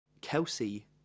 Kelsey